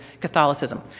Catholicism